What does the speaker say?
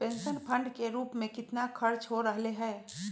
Pension fund के रूप में कितना खर्च हो रहले है?